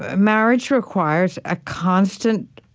ah marriage requires a constant